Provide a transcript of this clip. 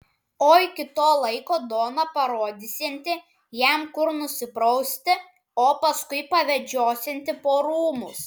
o iki to laiko dona parodysianti jam kur nusiprausti o paskui pavedžiosianti po rūmus